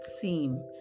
seem